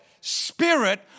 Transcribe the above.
Spirit